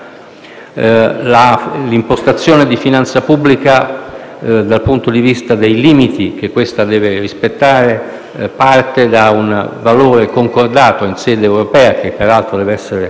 L'impostazione di finanza pubblica, dal punto di vista dei limiti che deve rispettare, parte da un valore concordato in sede europea, che peraltro deve essere